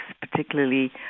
particularly